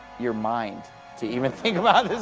your mind to even think about